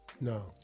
No